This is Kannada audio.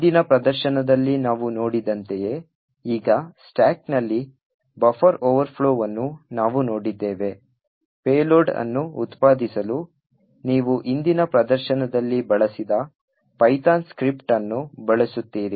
ಹಿಂದಿನ ಪ್ರದರ್ಶನದಲ್ಲಿ ನಾವು ನೋಡಿದಂತೆಯೇ ಈಗ ಸ್ಟಾಕ್ನಲ್ಲಿ ಬಫರ್ ಓವರ್ಫ್ಲೋವನ್ನು ನಾವು ನೋಡಿದ್ದೇವೆ ಪೇಲೋಡ್ ಅನ್ನು ಉತ್ಪಾದಿಸಲು ನೀವು ಹಿಂದಿನ ಪ್ರದರ್ಶನದಲ್ಲಿ ಬಳಸಿದ ಪೈಥಾನ್ ಸ್ಕ್ರಿಪ್ಟ್ ಅನ್ನು ಬಳಸುತ್ತೀರಿ